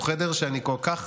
הוא חדר שאני כל כך